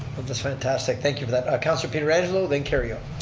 that's fantastic, thank you for that. councilor pietrangelo then kerrio.